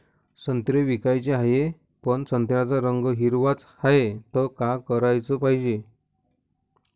संत्रे विकाचे हाये, पन संत्र्याचा रंग हिरवाच हाये, त का कराच पायजे?